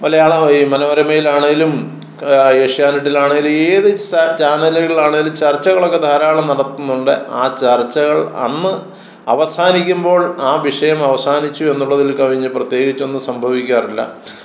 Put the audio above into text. മലയാള ഈ മനോരമേലാണേലും ഏഷ്യാനെറ്റിലാണേലും ഏത് ചാനലുകളിലാണേലും ചർച്ചകളൊക്ക ധാരാളം നടത്തുന്നുണ്ട് ആ ചർച്ചകൾ അന്ന് അവസാനിക്കുമ്പോൾ ആ വിഷയം അവസാനിച്ചു എന്നുള്ളതിൽ കവിഞ്ഞ് പ്രത്യേകിച്ചൊന്നും സംഭവിക്കാറില്ല